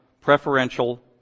preferential